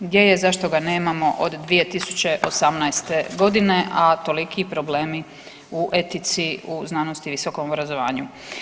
Gdje, zašto ga nemamo od 2018. godine, a toliki problemi u etici u znanosti i visokom obrazovanju.